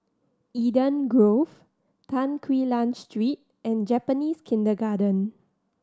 Eden Grove Tan Quee Lan Street and Japanese Kindergarten